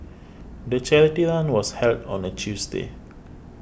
the charity run was held on a Tuesday